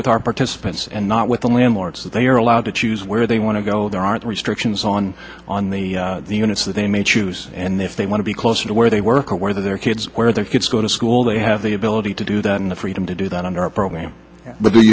with our participants and not with the landlords they are allowed to choose where they want to go there aren't restrictions on on the units that they may choose and if they want to be close to where they work or where their kids where their kids go to school they have the ability to do that and the freedom to do that on our program but